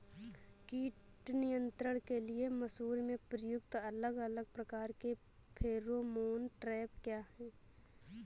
कीट नियंत्रण के लिए मसूर में प्रयुक्त अलग अलग प्रकार के फेरोमोन ट्रैप क्या है?